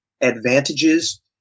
advantages